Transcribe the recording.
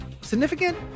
significant